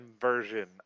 version